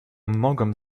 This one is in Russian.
многом